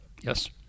Yes